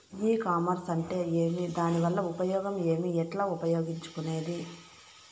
E commerce అంటే ఏమి దానివల్ల ఉపయోగం ఏమి, ఎట్లా ఉపయోగించుకునేది?